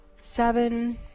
seven